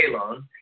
loan